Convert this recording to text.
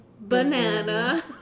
Banana